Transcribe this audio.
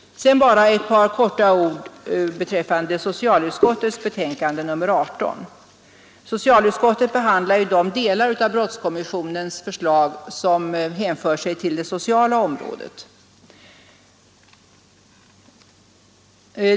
Sedan bara några få ord beträffande socialutskottets betänkande nr 18. Socialutskottet behandlar ju de delar av brottskommissionens förslag som hänför sig till det sociala området.